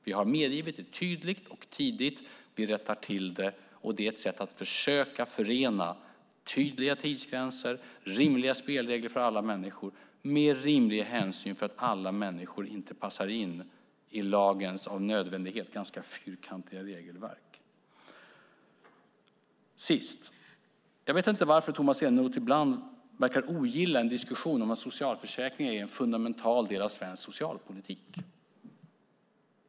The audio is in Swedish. Vi har medgivit detta tydligt och tidigt. Vi rättar till det. Det är ett sätt att försöka förena tydliga tidsgränser och rimliga spelregler för alla människor med rimlig hänsyn till att alla människor inte passar in i lagens av nödvändighet ganska fyrkantiga regelverk. Till sist: Jag vet inte varför Tomas Eneroth ibland verkar ogilla en diskussion om att socialförsäkringar är en fundamental del av svensk socialpolitik.